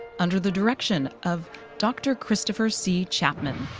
under the direction of dr. christopher c. chapman.